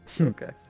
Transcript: Okay